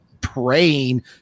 praying